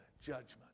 judgment